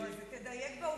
תדייק בעובדות.